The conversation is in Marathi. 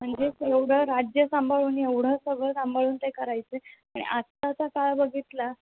म्हणजे एवढं राज्य सांभाळून एवढं सगळं सांभाळून ते करायचे आणि आताचा काळ बघितला